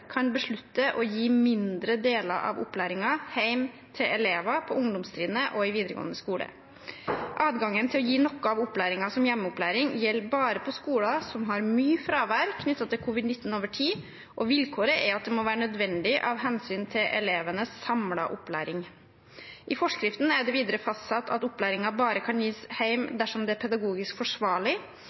kan beslutte å gi mindre deler av opplæringen hjemme til elever på ungdomstrinnet og i videregående skole. Adgangen til å gi noe av opplæringen som hjemmeopplæring gjelder bare på skoler med mye fravær knyttet til covid-19 over tid, og vilkåret er at det må være nødvendig av hensyn til elevenes samlede opplæring. I forskriften er det videre fastsatt at opplæringen bare kan gis hjemme dersom det er pedagogisk forsvarlig,